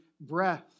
breath